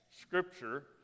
Scripture